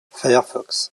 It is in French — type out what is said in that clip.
firefox